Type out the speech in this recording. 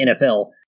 NFL